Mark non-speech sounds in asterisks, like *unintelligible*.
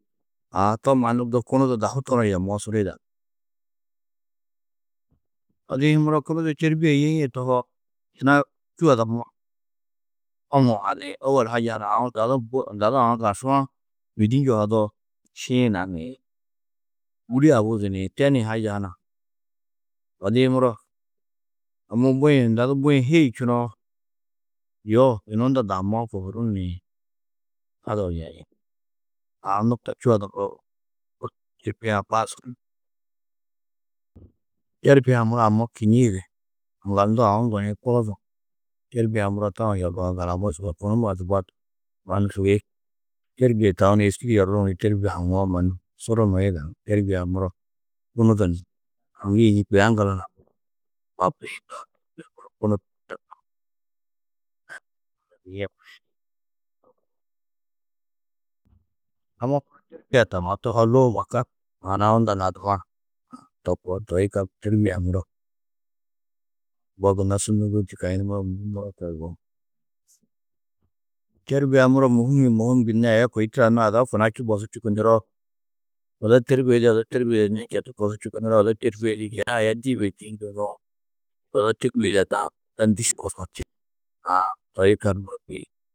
Aã to mannu du kunu du dahu toruũ yemoo suru yidanú. Odi-ĩ muro kunu du têrbie yêie tohoo, yina čû ada *unintelligible* hoŋuũ hadiĩ: Ôwol haje hunã aũ unda du bu, unda du aũ garsu-ã mêdi njuhadoo, šiĩ yinak niĩ, bûri abuzu niĩ. Teni haja hunã: Odi-ĩ muro amma bui-ĩ, unda du bui-ĩ hêi čunoo! Yo yunu unda daamãá kohurú niĩ. Haduũ yeĩ. Aã nukta čû ada koo *unintelligible* têrbie-ã basu *noise* têrbie-ã muro amma kînniĩ di *unintelligible* aũ njohi, kunu du têrbie-ã muro tau yerruwo gali. Amma sûgoi bunumodi baddu mannu sûgoi têrbie tau ni êski di yerruũ têrbie-ã haŋuwo mannu suru nuũ yidanú. Têrbie-ã muro kunu du ni aũ ni kôi aŋgala nuã bapiĩ *noise* kunu du *unintelligible* *unintelligible* aũ a muro têrbie tammo tohoo, *unintelligible* maana-ã unda lau *unintelligible* to koo, toi yikallu têrbie-ã muro mbo gunna su nûŋguri tûyukã, yunu muro mûhim muro koo yugó. *noise* Têrbie-ã muro mûhim, mûhim gunnoo, aya kôi taa ada kuna čû bosu čûku ŋgiroo, odo têrbie yidĩ yê odo têrbie yidanãà četu bosu ŋgiroo, odo têrbie yidĩ čena-ã aya ndû yibendîĩ ndîĩ njîĩ nuwo, odo têrbie yidannãá to ndû šuun nuũ čini. Aã toi yikallu muro, kôi